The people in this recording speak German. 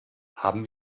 haben